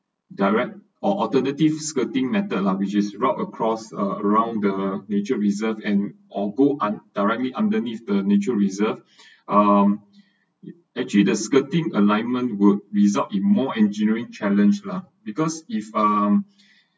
direct or alternative skirting method lah which is route across uh around the nature reserved and or go un~ directly underneath the nature reserve um it actually the skirting alignment would result in more engineering challenge lah because if um